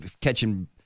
catching